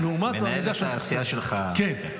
מנהלת הסיעה שלך --- כן.